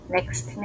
Next